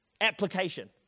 Application